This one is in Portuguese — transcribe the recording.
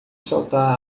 soltar